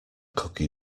cookie